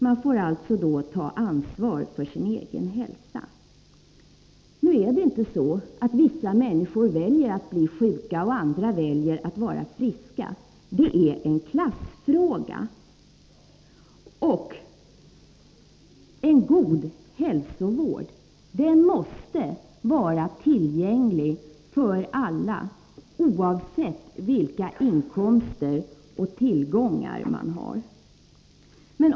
Man får alltså då ta ansvar för sin egen hälsa. Men det är inte så att vissa människor väljer att bli sjuka och andra väljer att vara friska. Det är en klassfråga. En god hälsovård måste vara tillgänglig för alla, oavsett vilka inkomster och tillgångar man har.